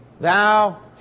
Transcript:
thou